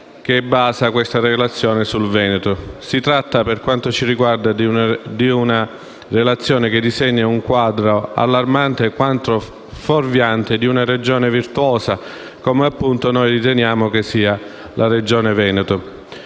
Si tratta, per quanto ci riguarda, di una relazione che disegna un quadro allarmante quanto fuorviante di una Regione virtuosa, come riteniamo che sia la Regione Veneto.